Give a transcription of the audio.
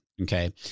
Okay